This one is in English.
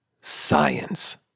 science